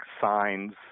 signs